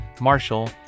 Marshall